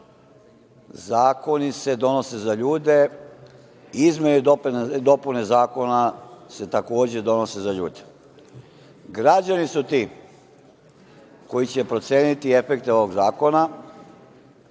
zakoni se donose za ljude, izmene i dopune zakona se takođe donose za ljude. Građani su ti koji će proceniti efekte ovog zakona,